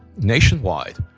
nationwide,